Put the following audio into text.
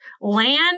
land